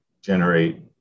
generate